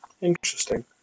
Interesting